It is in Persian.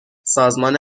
سازمان